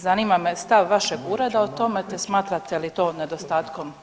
Zanima me stav vašeg ureda o tome, te smatrate li to nedostatkom zakona?